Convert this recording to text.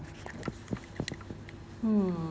hmm